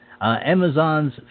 Amazon's